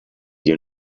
you